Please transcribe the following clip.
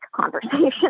conversation